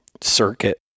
circuit